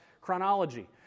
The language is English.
chronology